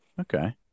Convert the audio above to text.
Okay